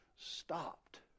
stopped